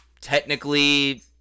technically